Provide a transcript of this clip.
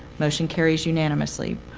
motion carries unanimously.